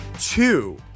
Two